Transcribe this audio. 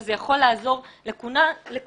וזה יכול לעזור לכולנו.